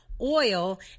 oil